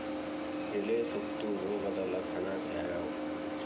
ಎಲೆ ಸುತ್ತು ರೋಗದ ಲಕ್ಷಣ ಯಾವ್ಯಾವ್?